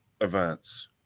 events